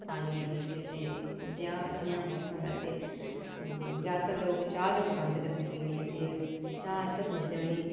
ते पानियै पुछदे ते जेहा जनेहा मोसम होए ते ज्यादातर लोक चाह् गै पसंद करदे न पीनै गी ते चाह् आस्तै पुछदे उ'नेंगी